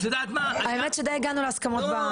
את יודעת מה --- האמת שדי הגענו להסכמות.